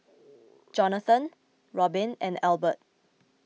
Jonathan Robin and Elbert